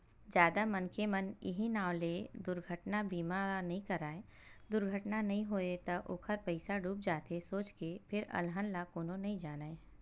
जादा मनखे मन इहीं नांव ले दुरघटना बीमा नइ कराय दुरघटना नइ होय त ओखर पइसा डूब जाथे सोच के फेर अलहन ल कोनो नइ जानय